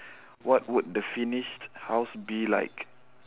what would the finished house be like